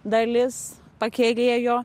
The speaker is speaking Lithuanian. dalis pakerėjo